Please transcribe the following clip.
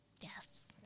Yes